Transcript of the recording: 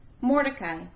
Mordecai